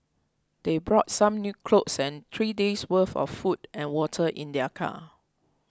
they brought some new clothes and three days worth of food and water in their car